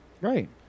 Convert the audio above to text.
Right